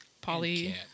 Polly